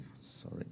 sorry